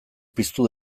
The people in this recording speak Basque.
piztu